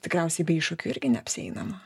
tikriausiai be iššūkių irgi neapsieinama